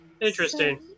Interesting